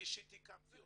אני אישית הקמתי אותו.